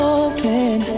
open